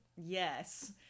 Yes